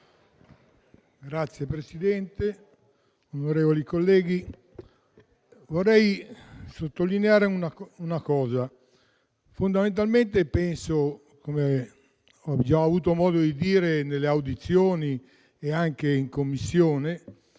Signor Presidente, onorevoli colleghi, vorrei sottolineare una cosa: fondamentalmente penso - come ho già avuto modo di dire nelle audizioni in Commissione